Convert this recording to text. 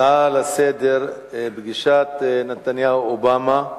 הנושא: פגישת נתניהו אובמה,